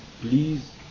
please